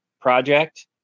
project